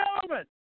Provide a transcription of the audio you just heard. gentlemen